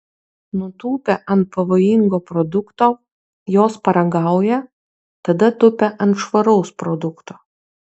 nutūpę ant pavojingo produkto jos paragauja tada tupia ant švaraus produkto